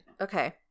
Okay